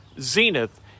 zenith